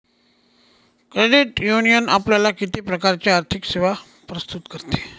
Credit union आपल्याला किती प्रकारच्या आर्थिक सेवा प्रस्तुत करते?